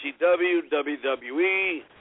WWE